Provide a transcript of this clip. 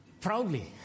Proudly